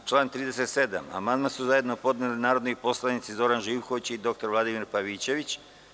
Na član 37. amandman su zajedno podneli narodni poslanici Zoran Živković i dr Vladimir Pavićević.